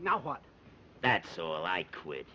now what that's all i quit